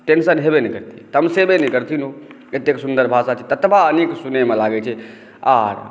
tension हेबे नहि करतै तमसेबे नहि करथिन ओ एतेक सुन्दर भाषा छै ततबा नीक सुनयमे लागै छै आर